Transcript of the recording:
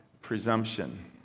Presumption